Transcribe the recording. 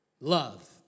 Love